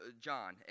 John